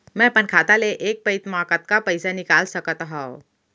मैं अपन खाता ले एक पइत मा कतका पइसा निकाल सकत हव?